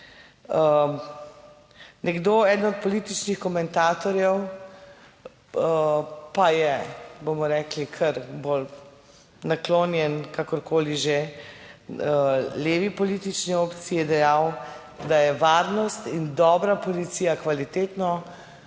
Nekdo, eden od političnih komentatorjev pa je, bomo rekli, kar bolj naklonjen, kakorkoli že, levi politični opciji dejal, da je varnost in dobra policija, kvalitetno